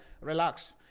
Relax